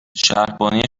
شهربانی